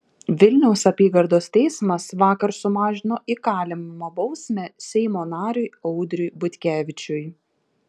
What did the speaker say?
vilniaus apygardos teismas vakar sumažino įkalinimo bausmę seimo nariui audriui butkevičiui